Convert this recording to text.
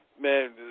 Man